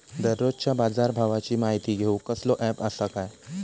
दररोजच्या बाजारभावाची माहिती घेऊक कसलो अँप आसा काय?